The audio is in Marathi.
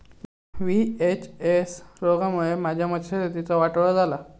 व्ही.एच.एस रोगामुळे माझ्या मत्स्यशेतीचा वाटोळा झाला